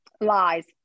Lies